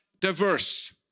diverse